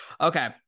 Okay